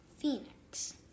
Phoenix